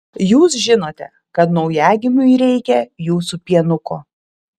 jūs žinote kad naujagimiui reikia jūsų pienuko